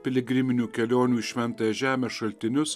piligriminių kelionių į šventąją žemę šaltinius